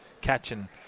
catching